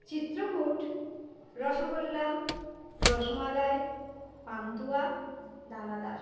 চিত্রকূট রসগোল্লা রসমালাই পান্তুয়া দানাদার